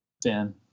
Dan